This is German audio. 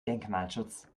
denkmalschutz